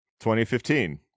2015